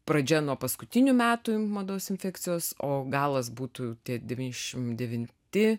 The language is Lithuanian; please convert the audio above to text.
pradžia nuo paskutinių metų mados infekcijos o galas būtų tie devyniasdešimt devinti